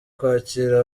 kwakira